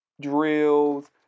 drills